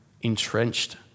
entrenched